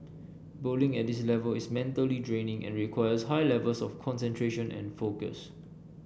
bowling at this level is mentally draining and requires high levels of concentration and focus